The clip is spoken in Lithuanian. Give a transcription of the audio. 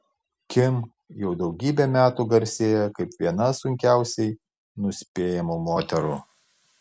kim jau daugybę metų garsėja kaip viena sunkiausiai nuspėjamų moterų